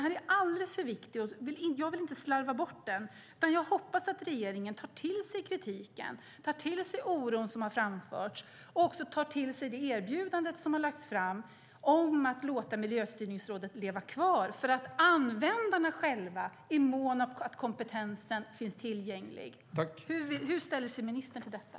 Den är alldeles för viktig, och jag vill inte slarva bort den. Jag hoppas att regeringen tar till sig den kritik och den oro som har framförts och också tar till sig det erbjudande som har lagts fram om att låta Miljöstyrningsrådet leva kvar, för användarna själva är måna om att kompetensen finns tillgänglig. Hur ställer sig ministern till detta?